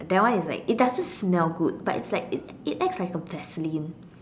that one is like it doesn't smell good but it's like it it acts like a Vaseline